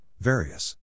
various